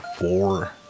four